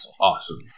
awesome